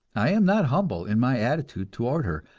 i am not humble in my attitude toward her,